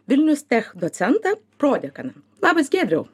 vilniaus tech docentą prodekaną labas giedriau